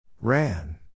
Ran